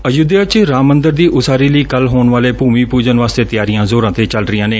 ਅਯੁੱਧਿਆ ਚ ਰਾਮ ਮੰਦਰ ਦੀ ਉਸਾਰੀ ਲਈ ਕੱਲ ਹੋਣ ਵਾਲੇ ਭੂਮੀ ਪੁਜਨ ਵਾਸਤੇ ਤਿਆਰੀਆਂ ਜ਼ੋਰਾਂ ਤੇ ਚੱਲ ਰਹੀਆਂ ਨੇ